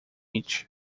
each